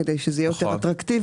כדי שזה יהיה יותר אטרקטיבי,